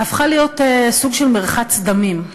הפכה להיות סוג של מרחץ דמים.